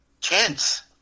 Chance